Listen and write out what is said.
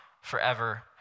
forever